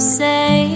say